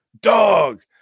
dog